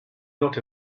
not